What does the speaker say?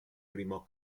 primo